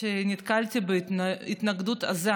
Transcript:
נתקלתי בהתנגדות עזה